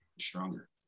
stronger